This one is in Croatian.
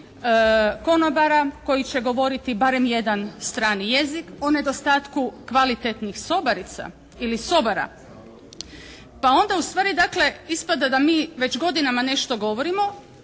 konobara koji će govoriti barem jedan strani jezik, o nedostatku kvalitetnih sobarica ili sobara. Pa onda ustvari dakle ispada da mi već godinama nešto govorimo.